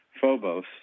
Phobos